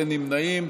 אין נמנעים.